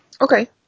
Okay